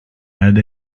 had